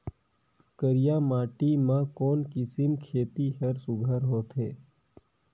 करिया माटी मा कोन किसम खेती हर सुघ्घर होथे?